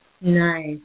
Nice